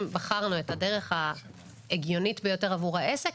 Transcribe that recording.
בחרנו את הדרך ההגיונית ביותר עבור העסק,